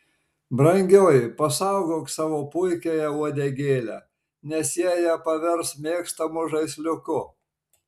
brangioji pasaugok savo puikiąją uodegėlę nes jie ją pavers mėgstamu žaisliuku